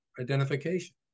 identification